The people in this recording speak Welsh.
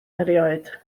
erioed